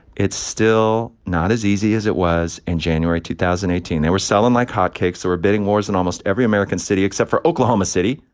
it's still not as easy as it was in january two thousand and eighteen. they were selling like hotcakes. there were bidding wars in almost every american city except for oklahoma city.